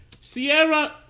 Sierra